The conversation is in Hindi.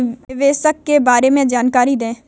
निवेश के बारे में जानकारी दें?